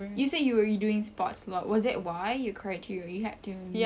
is it you were doing sports was that why your criteria you had to